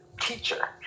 teacher